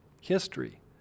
history